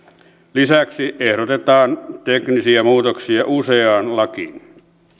lisäksi ehdotetaan teknisiä muutoksia useaan lakiin